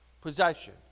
possession